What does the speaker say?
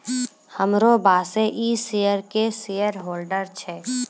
हमरो बॉसे इ शेयर के शेयरहोल्डर छै